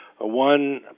one